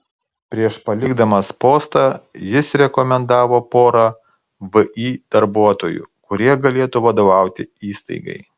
prieš palikdamas postą jis rekomendavo porą vį darbuotojų kurie galėtų vadovauti įstaigai